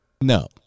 no